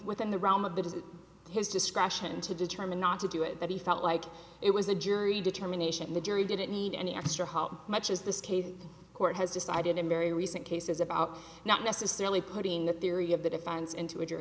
within the realm of that was his discretion to determine not to do it that he felt like it was a jury determination the jury didn't need any extra help much as this case the court has decided in very recent cases about not necessarily putting the theory of the defense into